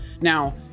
now